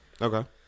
Okay